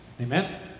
Amen